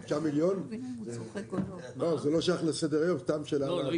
לא, זה לא שייך לסדר היום סתם שאלה.